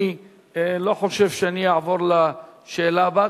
אני לא חושב שאני אעבור לשאלה הבאה,